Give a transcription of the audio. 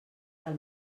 del